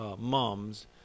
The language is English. mums